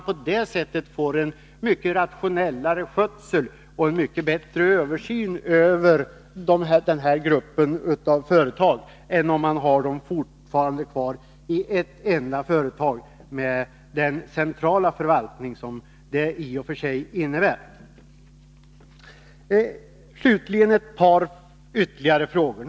På det sättet får man en mycket rationellare skötsel av och en mycket bättre översyn över dessa företagsgrupper än om man fortfarande har dem kvar i ett enda företag med den centrala förvaltning som det i och för sig innebär. Sedan ett par ytterligare frågor.